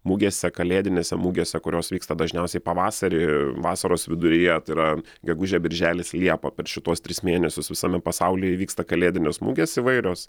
mugėse kalėdinėse mugėse kurios vyksta dažniausiai pavasarį vasaros viduryje tai yra gegužė birželis liepa per šituos tris mėnesius visame pasaulyje įvyksta kalėdinės mugės įvairios